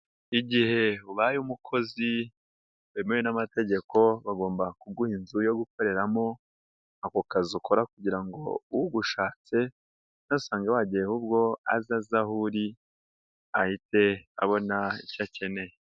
Igihe ubaye umukozi wemewe n'amategeko, bagomba kuguha inzu yo gukoreramo, ako kazi ukora kugira ngo ugushatse ntasange wagiye ahubwo aza azi aho uri, ahite abona icyo akeneye.